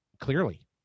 clearly